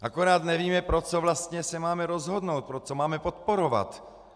Akorát nevíme, pro co vlastně se máme rozhodnout, co máme podporovat.